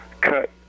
cut